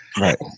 Right